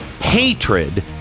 hatred